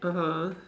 (uh huh)